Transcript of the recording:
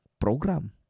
program